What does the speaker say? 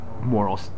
moral